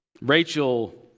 Rachel